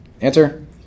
Answer